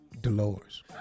Dolores